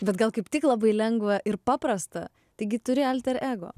bet gal kaip tik labai lengva ir paprasta taigi turi alter ego